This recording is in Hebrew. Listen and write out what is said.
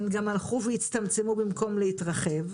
הם גם הלכו והצטמצמו במקום להתרחב,